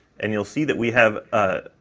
and you'll see that we have a,